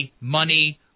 money